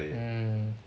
mm